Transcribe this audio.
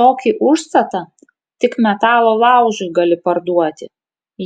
tokį užstatą tik metalo laužui gali parduoti